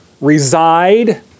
reside